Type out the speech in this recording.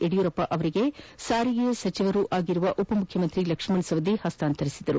ಯಡಿಯೂರಪ್ಪ ಅವರಿಗೆ ಸಾರಿಗೆ ಸಚಿವರೂ ಆದ ಉಪಮುಖ್ಯಮಂತ್ರಿ ಲಕ್ಷ್ಣ ಸವದಿ ಹಸ್ತಾಂತರಿಸಿದರು